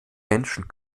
menschen